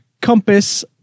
compass